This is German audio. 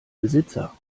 besitzer